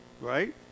right